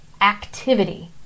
activity